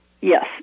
Yes